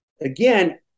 Again